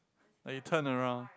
when you turn around